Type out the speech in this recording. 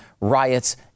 riots